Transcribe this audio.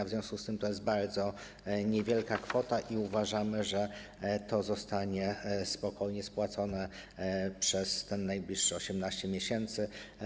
W związku z tym to jest bardzo niewielka kwota i uważamy, że zostanie spokojnie spłacona przez najbliższe 18 miesięcy.